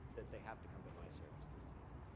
that they have to come to my service to see it.